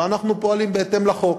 ואנחנו פועלים בהתאם לחוק.